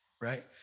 right